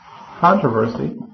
controversy